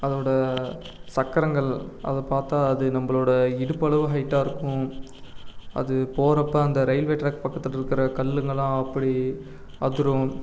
அதோடு சக்கரங்கள் அதை பார்த்தா அது நம்மளோட இடுப்பளவு ஹைட்டாக இருக்கும் அது போகிறப்ப அந்த ரயில்வே ட்ராக் பக்கத்தில் இருக்கிற கல்லுங்கள்லாம் அப்படி அதிரும்